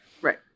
Right